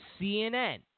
CNN